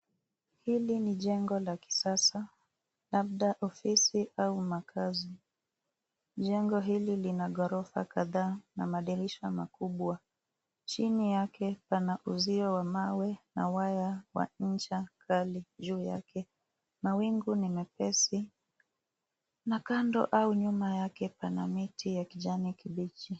Hili ni jengo la kisasa, labda ofisi au makazi. Jengo hili lina ghorofa kadhaa na madirisha makubwa. Chini yake pana uzio wa mawe na waya wa ncha kali juu yake. Mawingu ni mepesi na kando au nyuma yake pana miti ya kijani kibichi.